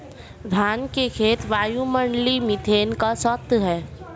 धान के खेत वायुमंडलीय मीथेन का स्रोत हैं